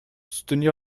soutenir